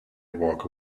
walk